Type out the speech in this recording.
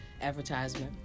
advertisement